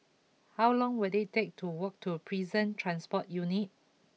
how long will it take to walk to Prison Transport Unit